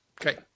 Okay